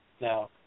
Now